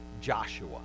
Joshua